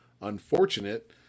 unfortunate